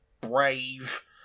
brave